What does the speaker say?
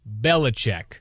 Belichick